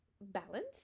balance